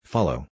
Follow